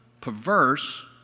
perverse